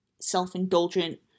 self-indulgent